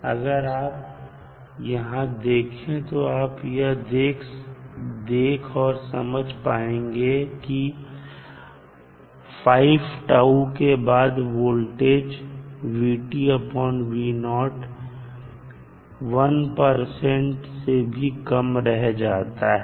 अगर आप यहां देखें तो आप यह देख और समझ पाएंगे कि 5 τ के बाद वोल्टेज 1 परसेंट से भी कम रह जाता है